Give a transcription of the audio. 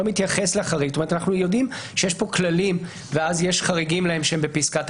אנחנו יודעים שיש כאן כללים ואז יש חריגים להם שהם פסקת ההגבלה.